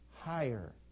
higher